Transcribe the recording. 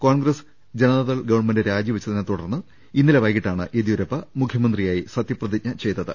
Congress Janata Dal government രാജി വെച്ചതിനെ തുടർന്ന് ഇന്നലെ വൈകീട്ടാണ് യെദ്യൂരപ്പ മുഖ്യമന്ത്രിയായി സത്യ പ്രതിജ്ഞ ചെയ്തത്